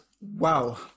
Wow